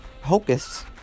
Hocus